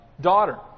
daughter